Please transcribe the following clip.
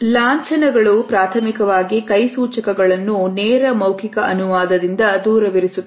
ಲಾಂಛನಗಳು ಪ್ರಾಥಮಿಕವಾಗಿ ಕೈ ಸೂಚಕಗಳನ್ನು ನೇರ ಮೌಕಿಕ ಅನುವಾದದಿಂದ ದೂರವಿರಿಸುತ್ತದೆ